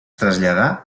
traslladà